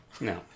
No